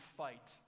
fight